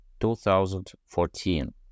2014